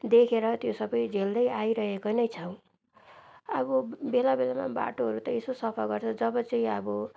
देखेर त्यो सब झेल्दै आइरहेको नै छौँ अब बेला बेलामा बाटोहरू त यसो सफा गर्छ जब चाहिँ यहाँ अब